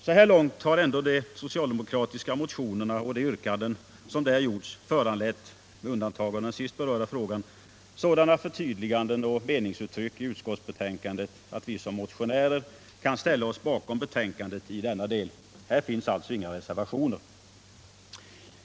Så här långt har ändå de socialdemokratiska motionerna och de yrkanden som där gjorts föranlett — med undantag av den sist berörda frågan — sådana förtydliganden och meningsuttryck i utskotts 189 betänkandet att vi som motionärer kan ställa oss bakom betänkandet i denna del. Här finns alltså inga reservationer.